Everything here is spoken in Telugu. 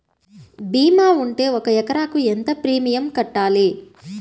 భీమా ఉంటే ఒక ఎకరాకు ఎంత ప్రీమియం కట్టాలి?